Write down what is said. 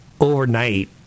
overnight